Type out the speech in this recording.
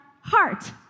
heart